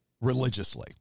religiously